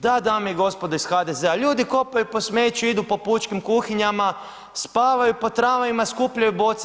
Da dame i gospodo iz HDZ-a ljudi kopaju po smeću, idu po pučkim kuhinjama, spavaju po tramvajima, skupljaju boce.